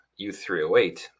U308